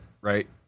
right